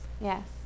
Yes